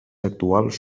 actuals